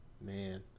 Man